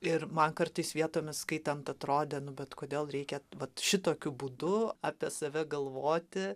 ir man kartais vietomis skaitant atrodė nu bet kodėl reikia vat šitokiu būdu apie save galvoti